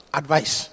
advice